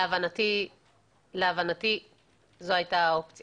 להבנתי זו הייתה האופציה.